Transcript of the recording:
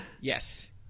Yes